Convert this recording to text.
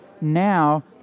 now